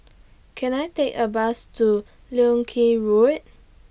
Can I Take A Bus to Leng Kee Road